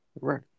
Right